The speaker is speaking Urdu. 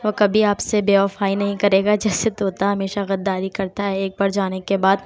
وہ کبھی آپ سے بےوفائی نہیں کرے گا جیسے طوطا ہمیشہ غداری کرتا ہے ایک پر جانے کے بعد